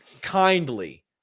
Kindly